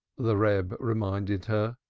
the reb reminded her.